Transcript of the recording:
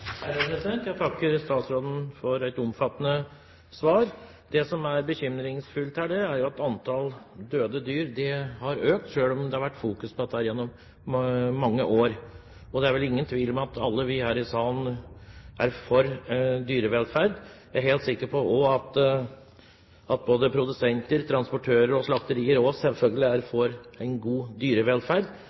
Jeg takker statsråden for et omfattende svar. Det som er bekymringsfullt, er jo at antallet døde dyr har økt, selv om det har vært fokus på dette gjennom mange år. Det er vel ingen tvil om at alle vi her i salen er for dyrevelferd. Jeg er også helt sikker på at både produsenter, transportører og slakterier selvfølgelig også er for en god dyrevelferd.